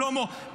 שלמה,